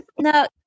no